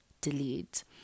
Delete